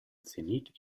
zenit